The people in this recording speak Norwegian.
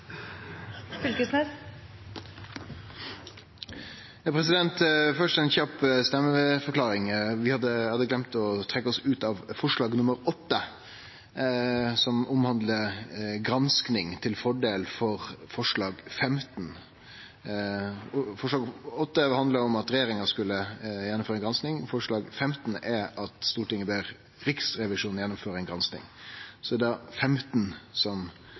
Fylkesnes har hatt ordet to ganger tidligere og får ordet til en kort merknad, begrenset til 1 minutt. Først ei kjapp stemmeforklaring. Eg hadde gløymt å trekkje oss ut av forslag nr. 8, som omhandlar gransking, til fordel for forslag nr. 15. Forslag nr. 8 handlar om at regjeringa skulle gjennomføre ei gransking, forslag nr. 15 er at Stortinget ber Riksrevisjonen